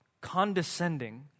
condescending